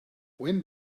when